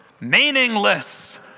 meaningless